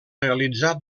realitzar